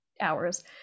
hours